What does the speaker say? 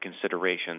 considerations